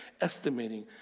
estimating